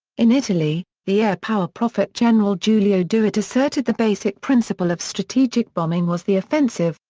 in italy, the air power prophet general giulio douhet asserted the basic principle of strategic bombing was the offensive,